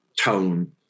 tone